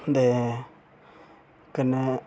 ते कन्नै